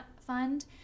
fund